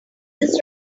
this